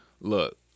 Look